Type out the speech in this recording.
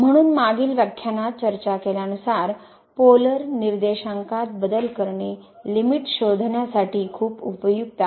म्हणून मागील व्याख्यानात चर्चा केल्यानुसार पोलर निर्देशांकात बदल करणे लिमिट शोधण्यासाठी खूप उपयुक्त आहे